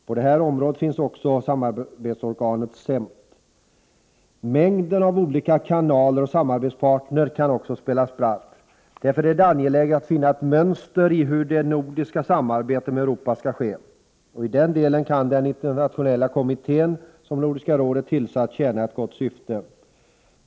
På detta område finns också samarbetsorganet CEMT. Mängden av olika kanaler och samarbetspartner kan också spela spratt. Därför är det angeläget att finna ett mönster i hur det nordiska samarbetet med Europa skall ske. I den delen kan den internationella kommitté som Nordiska rådet tillsatt tjäna ett gott syfte.